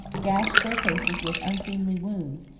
gashed their faces with unseemly wounds,